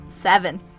Seven